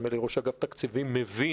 נדמה לי שראש אגף תקציבים מבין